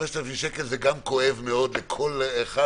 קנס של 5,000 גם כואב מאוד לכל אחד,